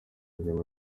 nyuma